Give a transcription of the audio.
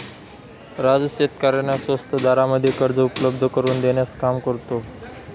राजू शेतकऱ्यांना स्वस्त दरामध्ये कर्ज उपलब्ध करून देण्याचं काम करतो